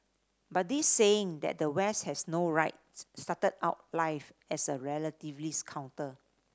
but this saying that the West has no right started out life as a relativist counter